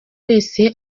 wese